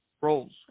roles